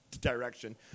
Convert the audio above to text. direction